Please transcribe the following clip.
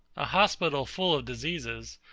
a hospital full of diseases,